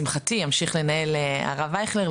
או בעצם לשמחתי ימשיך לנהל הרב אייכלר,